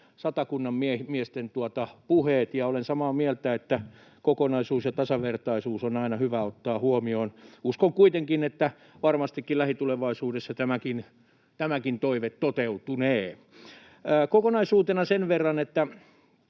Satakunnan miesten puheet ja olen samaa mieltä, että kokonaisuus ja tasavertaisuus on aina hyvä ottaa huomioon. Uskon kuitenkin, että varmastikin lähitulevaisuudessa tämäkin toive toteutunee. Kokonaisuutena sen verran, että